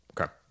Okay